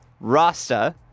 Rasta